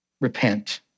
repent